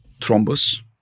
thrombus